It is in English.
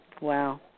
Wow